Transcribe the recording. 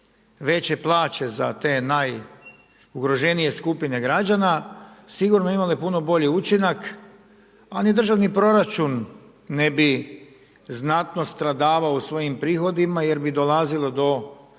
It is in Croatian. veće plaće za te najugroženije skupine građana sigurno imale puno bolji učinak, a ni državni proračun ne bi znatno stradavao u svojim prihodima jer bi dolazilo do